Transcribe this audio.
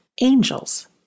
angels